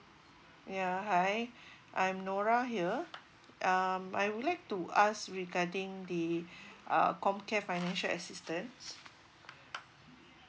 ya hi I'm N O R A here um I would like to ask regarding the uh comm care financial assistance